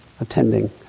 attending